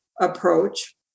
approach